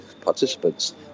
participants